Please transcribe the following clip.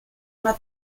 una